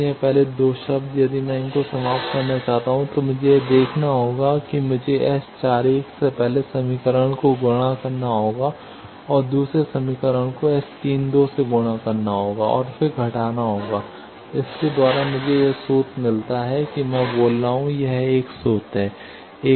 इसलिए ये पहले 2 शब्द यदि मैं इनको समाप्त करना चाहता हूं तो मुझे यह देखना होगा कि मुझे S 41 से पहले समीकरण को गुणा करना होगा और दूसरे समीकरण को S 32 से गुणा करना होगा और फिर घटाना होगा इसके द्वारा मुझे यह सूत्र मिलता है कि मैं बोल रहा हूं यह एक सूत्र है